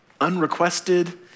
unrequested